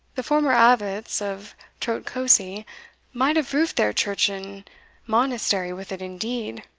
the former abbots of trotcosey might have roofed their church and monastery with it indeed